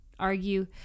argue